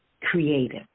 creative